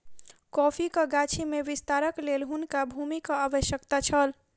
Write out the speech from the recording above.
कॉफ़ीक गाछी में विस्तारक लेल हुनका भूमिक आवश्यकता छल